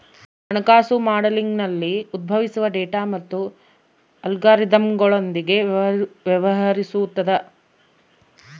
ಹಣಕಾಸು ಮಾಡೆಲಿಂಗ್ನಲ್ಲಿ ಉದ್ಭವಿಸುವ ಡೇಟಾ ಮತ್ತು ಅಲ್ಗಾರಿದಮ್ಗಳೊಂದಿಗೆ ವ್ಯವಹರಿಸುತದ